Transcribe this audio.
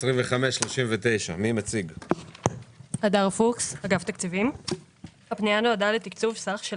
העברה מס' 25-39. הפנייה נועדה לתקצוב סך של